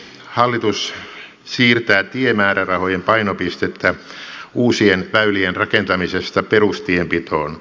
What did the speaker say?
hallitus siirtää tiemäärärahojen painopistettä uusien väylien rakentamisesta perustienpitoon